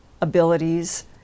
abilities